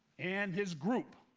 and his group